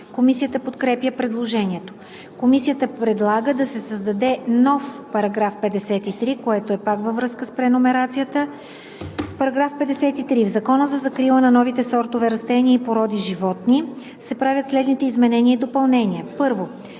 Комисията подкрепя предложението. Комисията предлага да се създаде нов § 53, което е пак във връзка с преномерацията: „§ 53. В Закона за закрила на новите сортове растения и породи животни (обн., ДВ, бр. …) се правят следните изменения и допълнения: 1.